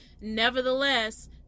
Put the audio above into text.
Nevertheless